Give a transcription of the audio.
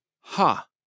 Ha